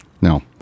No